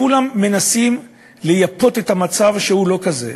כולם מנסים לייפות את המצב שהוא לא כזה.